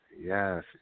Yes